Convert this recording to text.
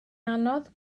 anodd